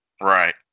Right